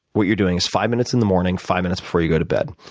what you're doing is five minutes in the morning, five minutes before you go to bed.